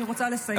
אני רוצה לסיים.